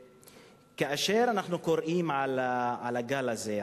כאשר אנחנו קוראים על הגל הזה,